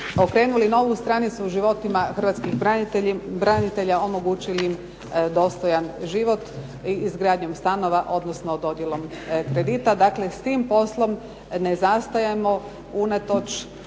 okrenuli novu stranicu u životu hrvatskih branitelja, omogućili im dostojan život izgradnjom stanova odnosno dodjelom kredita. Dakle, s tim poslom ne zastajemo unatoč